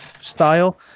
style